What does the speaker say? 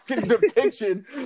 depiction